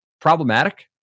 problematic